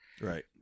Right